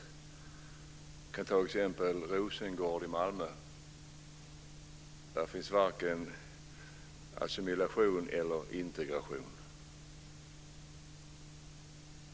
Vi kan ta Rosengård i Malmö som exempel. Där finns varken assimilation eller integration.